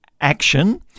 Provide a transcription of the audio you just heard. action